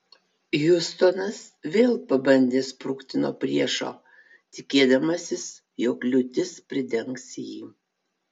hiustonas vėl pabandė sprukti nuo priešo tikėdamasis jog liūtis pridengs jį